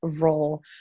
role